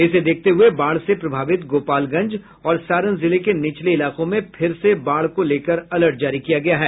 इसे देखते हुए बाढ़ से प्रभावित गोपालगंज और सारण जिले के निचले इलाकों में फिर बाढ़ को लेकर अलर्ट जारी किया गया है